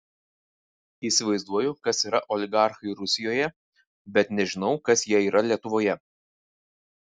įsivaizduoju kas yra oligarchai rusijoje bet nežinau kas jie yra lietuvoje